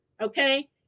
okay